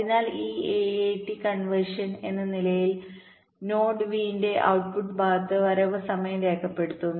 അതിനാൽ ഈ AAT കൺവെൻഷൻഎന്ന നിലയിൽ നോഡ് v ന്റെ ഔട്ട്പുട്ട് ഭാഗത്ത് വരവ് സമയം രേഖപ്പെടുത്തും